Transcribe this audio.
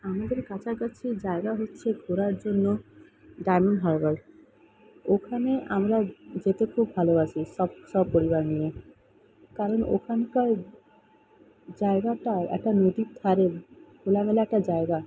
আমাদের কাছাকাছি জায়গা হচ্ছে ঘোরার জন্য ডায়মন্ডহারবার ওখানে আমরা যেতে খুব ভালোবাসি সব সপরিবার নিয়ে কারণ ওখানকার জায়গাটায় একটা নদীর ধারে খোলামেলা একটা জায়গা